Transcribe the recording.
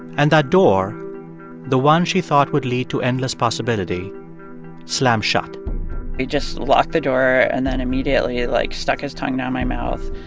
and that door the one she thought would lead to endless possibility slammed shut he just locked the door, and then immediately, like, stuck his tongue down my mouth.